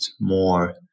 more